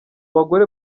bagore